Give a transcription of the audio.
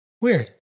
Weird